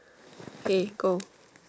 hey go